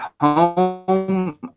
home